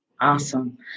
Awesome